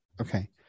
Okay